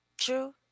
True